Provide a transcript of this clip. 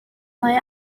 mae